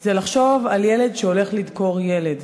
זה לחשוב על ילד שהולך לדקור ילד.